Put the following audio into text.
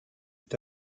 est